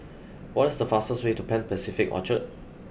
what is the fastest way to Pan Pacific Orchard